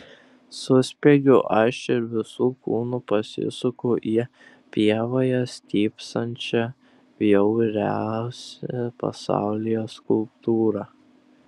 suspiegiu aš ir visu kūnu pasisuku į pievoje stypsančią bjauriausią pasaulyje skulptūrą